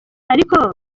ariko